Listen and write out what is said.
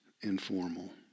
informal